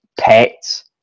pets